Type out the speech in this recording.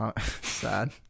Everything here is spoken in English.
Sad